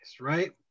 right